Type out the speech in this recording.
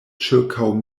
ĉirkaŭ